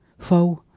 foh,